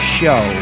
show